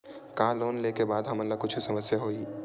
का लोन ले के बाद हमन ला कुछु समस्या होही?